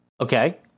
okay